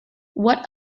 what